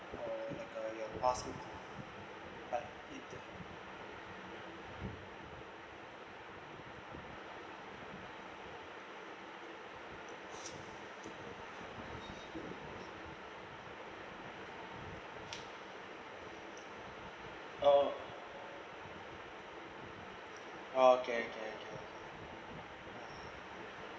um like a your pass but it oh oh okay okay okay okay